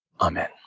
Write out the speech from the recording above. Amen